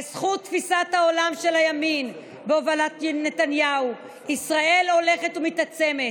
בזכות תפיסת העולם של הימין בהובלת נתניהו ישראל הולכת ומתעצמת,